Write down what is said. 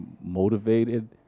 motivated